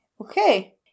Okay